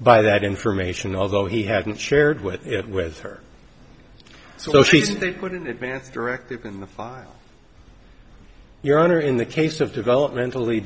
by that information although he hadn't shared with it with her so she didn't they couldn't advance directive in the file your honor in the case of developmentally